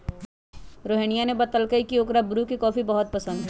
रोहिनीया ने बतल कई की ओकरा ब्रू के कॉफी बहुत पसंद हई